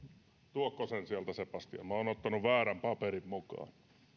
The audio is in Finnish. tuotko sen sieltä sebastian minä olen ottanut väärän paperin mukaan